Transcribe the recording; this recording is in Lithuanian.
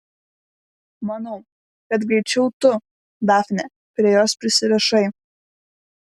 manau kad greičiau tu dafne prie jos prisirišai